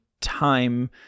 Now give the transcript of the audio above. time